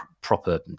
proper